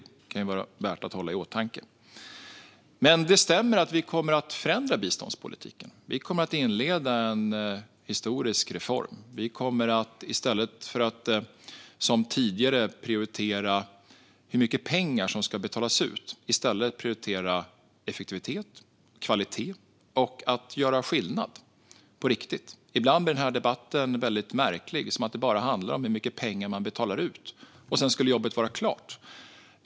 Detta kan vara värt att hålla i åtanke. Men det stämmer att vi kommer att förändra biståndspolitiken. Vi kommer att inleda en historisk reform. Vi kommer att i stället för som tidigare, då man prioriterade hur mycket pengar som ska betalas ut, prioritera effektivitet och kvalitet och att göra skillnad på riktigt. Ibland blir debatten väldigt märklig, som om det bara handlar om hur mycket pengar man betalar ut - och sedan skulle jobbet vara klart.